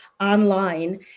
online